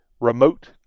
remote